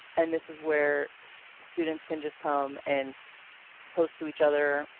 and this is where students can just come and post to each other,